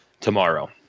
tomorrow